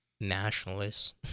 nationalists